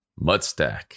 Mudstack